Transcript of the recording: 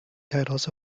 titles